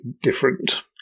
different